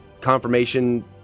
confirmation